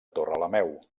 torrelameu